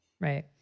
Right